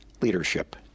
leadership